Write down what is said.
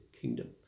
Kingdom